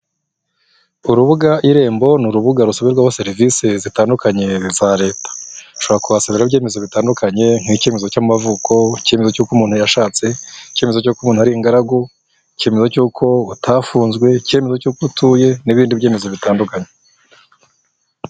Urubuga irembo ni urubuga rusubirwaho serivisi zitandukanye za leta, ushobora kubasababira ibyemezo bitandukanye nk'icyemezo cy'amavuko, icyemezo cy'uko umuntu yashatse, icyemezo cy'uko umuntu ari ingaragu, icyemezo cy'uko utafunzwe, icyemezo cy'uko utuye n'ibindi byemezo bitandukanye.